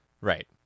right